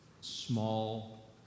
small